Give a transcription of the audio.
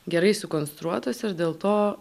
gerai sukonstruotas ir dėl to